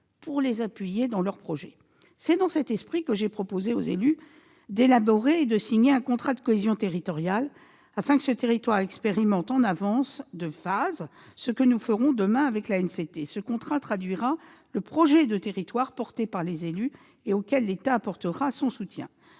pour les appuyer dans leurs projets. Dans cet esprit, je leur ai proposé d'élaborer et de signer un contrat de cohésion territoriale, afin que ce territoire expérimente, en avance de phase, ce que nous ferons demain avec l'ANCT. Ce contrat traduira le projet de territoire que défendent les élus, et auquel l'État apportera son soutien.